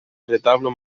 retablo